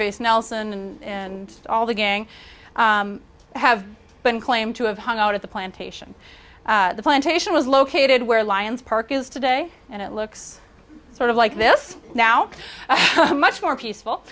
babyface nelson and all the gang have been claimed to have hung out at the plantation the plantation was located where lyons park is today and it looks sort of like this now much more peaceful